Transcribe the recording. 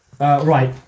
Right